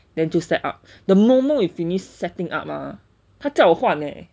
then 就 set up the moment when you finish setting up ah 他叫我换 leh